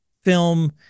film